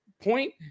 point